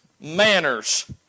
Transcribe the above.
manners